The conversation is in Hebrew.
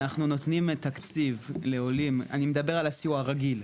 אנחנו נותנים תקציב לעולים אני מדבר על הסיוע הרגיל,